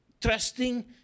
trusting